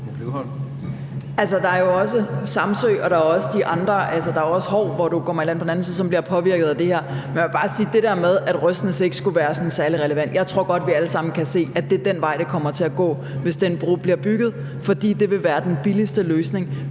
også Samsø, og der er Hov, hvor du kommer i land på den anden side, som bliver påvirket af det her. Men jeg vil bare sige i forhold til det der med, at Røsnæs ikke skulle være sådan særlig relevant, at jeg godt tror, at vi alle sammen kan se, at det er den vej, det kommer til at gå, hvis den bro bliver bygget, fordi det vil være den billigste løsning.